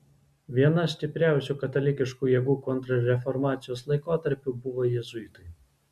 viena stipriausių katalikiškų jėgų kontrreformacijos laikotarpiu buvo jėzuitai